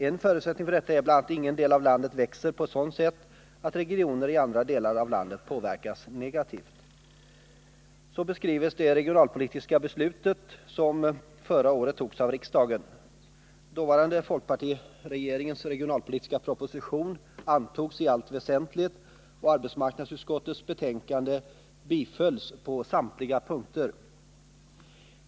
En förutsättning för detta är bl.a. att ingen del av landet växer på ett sådant sätt att regioner i andra delar av landet påverkas negativt. Så beskrivs det regionalpolitiska beslut som förra året fattades av riksdagen. Dåvarande folkpartiregeringens regionalpolitiska proposition antogs i allt väsentligt, och arbetsmarknadsutskottets betänkande bifölls på samtliga punkter.